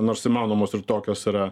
nors įmanomos ir tokios yra